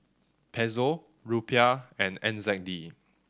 Peso Rupiah and N Z D